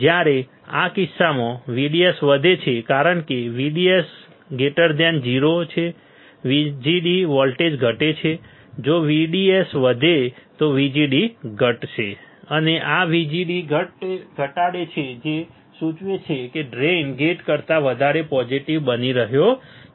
જ્યારે આ કિસ્સામાં VDS વધે છે કારણ કે VDS 0 VGD વોલ્ટ ઘટે છે જો VDS વધે તો VGD ઘટશે અને આ VGD ઘટાડે છે જે સૂચવે છે કે ડ્રેઇન ગેટ કરતાં વધારે પોઝીટીવ બની રહ્યો છે